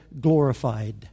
glorified